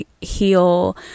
heal